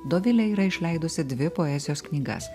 dovilė yra išleidusi dvi poezijos knygas